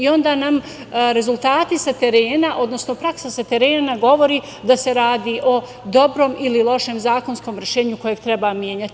Onda nam rezultati sa terena, odnosno praksa sa terena govori da se radi o dobrom ili lošem zakonskom rešenju koje treba menjati.